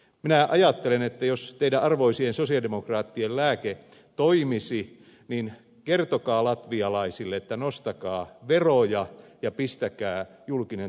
minä ajattelen että jos teidän arvoisien sosialidemokraattien lääke toimisi niin kertokaa latvialaisille että nostakaa veroja ja pistäkää julkinen taloutenne kuntoon